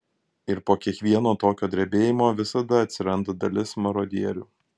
ir po kiekvieno tokio drebėjimo visada atsiranda dalis marodierių